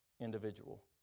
individual